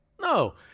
No